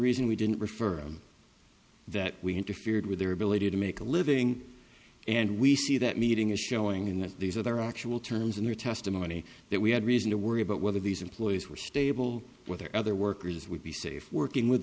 reason we didn't refer that we interfered with their ability to make a living and we see that meeting is showing in that these are their actual terms in their testimony that we had reason to worry about whether these employees were stable whether other workers would be safe w